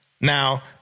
Now